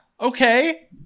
okay